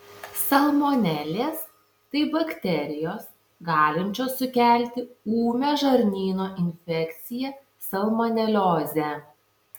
salmonelės tai bakterijos galinčios sukelti ūmią žarnyno infekciją salmoneliozę